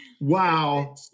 Wow